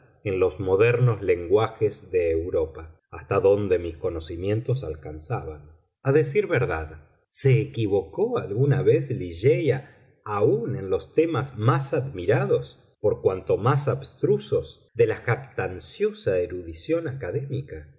en los modernos lenguajes de europa hasta donde mis conocimientos alcanzaban a decir verdad se equivocó alguna vez ligeia aun en los temas más admirados por cuanto más abstrusos de la jactanciosa erudición académica